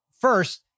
First